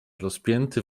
rozpięty